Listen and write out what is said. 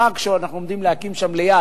הפארק שאנחנו עומדים להקים ליד,